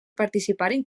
participaren